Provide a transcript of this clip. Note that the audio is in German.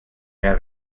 mehr